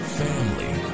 family